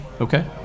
Okay